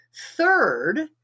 Third